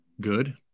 good